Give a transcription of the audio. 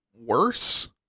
worse